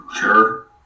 Sure